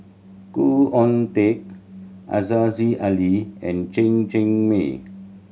Khoo Oon Teik Aziza Ali and Chen Cheng Mei